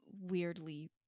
weirdly